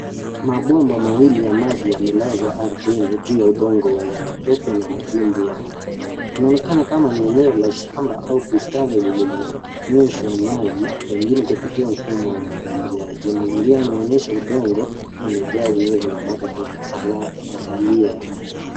Mabomba mawili ya maji yamelazwa ardhini juu ya udongo wenye matope na madimbwi ya maji. Inaonekana kama ni eneo la shamba au bustani lililonyweshwa maji pengine kupitia mfumo wa umwagiliaji. Mazingira yanaonyesha udongo umejaa unyevu na bado kuna masalio ya maji.